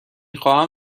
خواهم